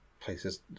places